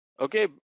okay